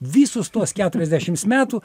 visus tuos keturiasdešims metų